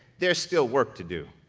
there's still work to do.